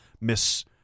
Miss